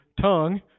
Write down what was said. tongue